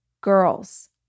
girls